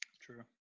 True